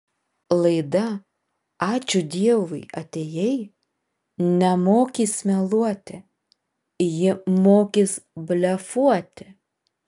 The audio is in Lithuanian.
laida ačiū dievui atėjai nemokys meluoti ji mokys blefuoti